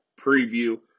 preview